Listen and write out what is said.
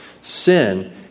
Sin